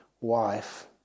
wife